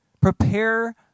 prepare